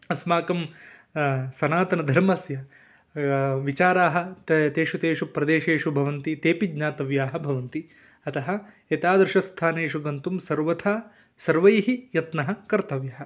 अस्माकं सनातनधर्मस्य विचाराः त तेषु तेषु प्रदेशेषु भवन्ति तेऽपि ज्ञातव्याः भवन्ति अतः एतादृशः स्थानेषु गन्तुं सर्वथा सर्वैः यत्नः कर्तव्यः